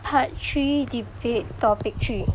part three debate topic three